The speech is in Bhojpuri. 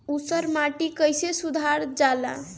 ऊसर माटी कईसे सुधार जाला?